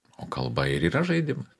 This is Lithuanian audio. o kalba ir yra žaidimas